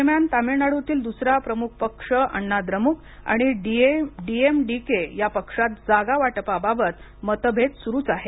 दरम्यान तमिळनाडूतील दुसरा प्रमुख पक्ष अण्णा द्रमुक आणि डी एम डिके या पक्षात जागा वाटपाबाबत मतभेद सुरूच आहेत